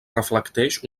reflecteix